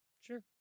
Sure